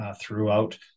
throughout